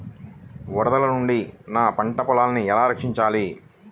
వరదల నుండి నా పంట పొలాలని ఎలా రక్షించాలి?